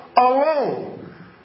alone